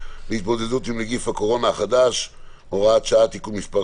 להתמודדות עם נגיף הקורונה החדש (הוראת שעה) (תיקון מס'